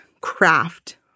craft